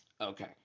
Okay